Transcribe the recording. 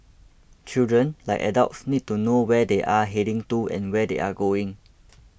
children like adults need to know where they are heading to and where they are going